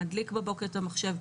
להדליק בבוקר את המחשב,